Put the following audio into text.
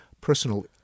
personal